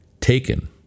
taken